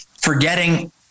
forgetting